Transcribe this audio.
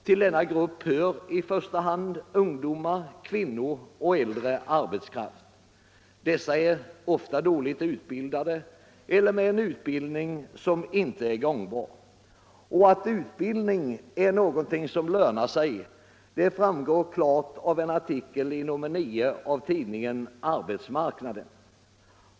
Till denna grupp hör i första hand ungdomar, kvinnor och äldre arbetskraft. De är ofta dåligt utbildade eller har en utbildning som inte är gångbar. Att utbildning är någonting som lönar sig visas klart i en artikel i nr 9 av tidningen Arbetsmarknaden.